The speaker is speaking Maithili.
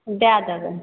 दए देबै